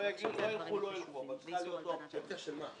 לא ילכו, לא ילכו, אבל צריכה להיות אופציה כזו.